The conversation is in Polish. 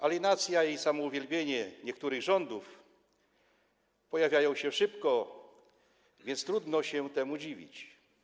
Alienacja i samouwielbienie niektórych rządów pojawiają się szybko, więc trudno się temu dziwić.